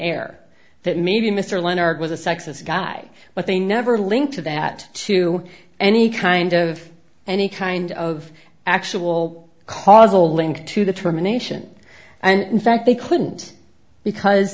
air that maybe mr leonard was a sexist guy but they never linked to that to any kind of any kind of actual causal link to the termination and in fact they couldn't because